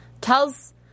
tells